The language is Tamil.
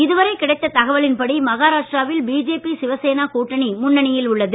இதுவரை கிடைத்த தகவலின்படி மஹாராஷ்டிரா வில் பிஜேபி சிவசேனா கூட்டணி முன்னணியில் உள்ளது